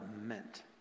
meant